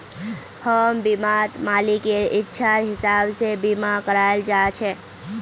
home बीमात मालिकेर इच्छार हिसाब से बीमा कराल जा छे